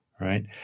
right